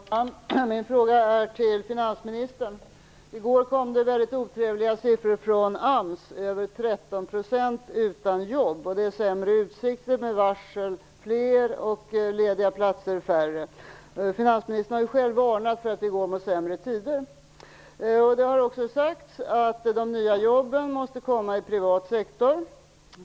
Herr talman! Jag riktar min fråga till finansministern. I går kom det mycket otrevliga siffror från AMS. Över 13 % är utan jobb. Utsikterna har försämrats, med fler varsel och färre lediga platser. Finansministern har ju själv varnat för att vi går mot sämre tider. Det har också sagts att de nya jobben måste komma i privat sektor.